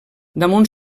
damunt